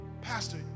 Pastor